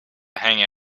hanging